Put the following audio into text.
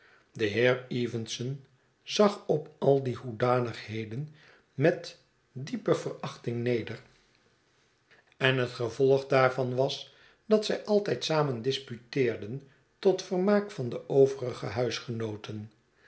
de heer evenson zag op al die hoedanigheden met diepe verachting neder en het gevolg daarvan was dat zij altijd samen disputeerden tot vermaak van de overige huisgenooten